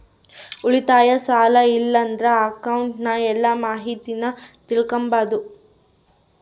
ಉಳಿತಾಯ, ಸಾಲ ಇಲ್ಲಂದ್ರ ಅಕೌಂಟ್ನ ಎಲ್ಲ ಮಾಹಿತೀನ ತಿಳಿಕಂಬಾದು